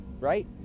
right